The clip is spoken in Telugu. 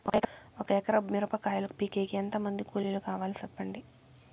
ఒక ఎకరా మిరప కాయలు పీకేకి ఎంత మంది కూలీలు కావాలి? సెప్పండి?